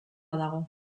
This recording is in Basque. dago